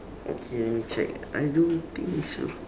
okay let me check I don't think so